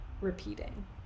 repeating